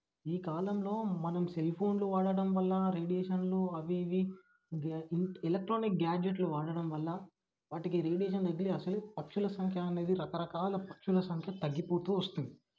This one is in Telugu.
ఈ కాలంలో మనం సెల్ఫోన్లు వాడటం వల్ల రేడియేషన్లు అవి ఇవి ఎలక్ట్రానిక్ గ్యాడ్జెట్లు వాడడం వల్ల వాటికి రేడియేషన్ తగిలి అసలే పక్షుల సంఖ్య అనేది రకరకాల పక్షుల సంఖ్య తగ్గిపోతూ వస్తుంది